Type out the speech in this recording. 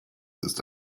ist